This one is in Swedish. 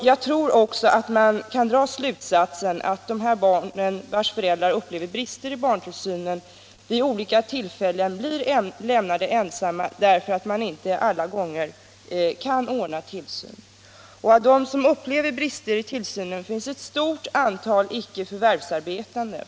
Jag tror också att man kan dra den slutsatsen att de barn, vars föräldrar upplever brister i barntillsynen vid olika tillfällen, många gånger blir lämnade ensamma därför att tillsyn inte kan ordnas. Bland dem som upplever brister i tillsynen finns också ett stort antal icke förvärvsarbetande.